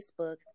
Facebook